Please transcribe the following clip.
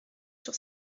sur